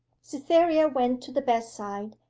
cytherea went to the bedside,